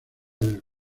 del